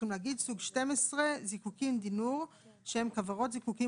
"סוג 12: זיקוקין דינור: שהם כוורות זיקוקין